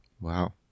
Wow